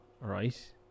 right